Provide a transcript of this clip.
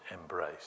embrace